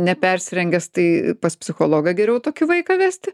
nepersirengęs tai pas psichologą geriau tokį vaiką vesti